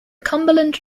cumberland